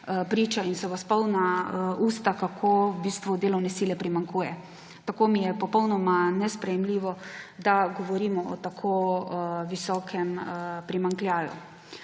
priča in so vas polna usta, kako v bistvu delovne sile primanjkuje. Tako mi je popolnoma nesprejemljivo, da govorimo o tako visokem primanjkljaju.